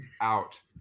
out